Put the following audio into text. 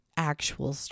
actual